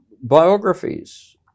biographies